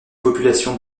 populations